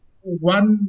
one